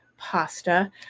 pasta